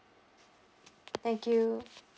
thank you